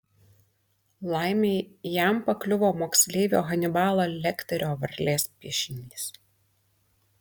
laimei jam pakliuvo moksleivio hanibalo lekterio varlės piešinys